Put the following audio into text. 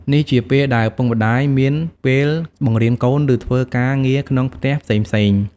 នេះជាពេលដែលឪពុកម្ដាយមានពេលបង្រៀនកូន ឬធ្វើការងារក្នុងផ្ទះផ្សេងៗ។